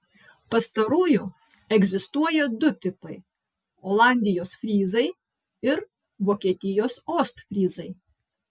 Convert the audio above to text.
pastarųjų egzistuoja du tipai olandijos fryzai ir vokietijos ostfryzai